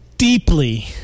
Deeply